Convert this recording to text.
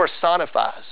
personifies